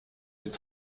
ist